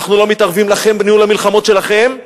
אנחנו לא מתערבים לכם בניהול המלחמות שלכם,